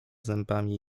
zębami